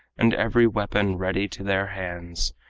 and every weapon ready to their hands,